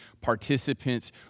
participants